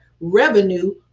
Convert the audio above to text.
revenue